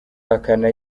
ahakana